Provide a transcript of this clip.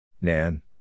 Nan